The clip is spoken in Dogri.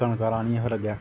कनक राह्नी फिर अग्गें